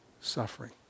suffering